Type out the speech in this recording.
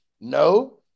no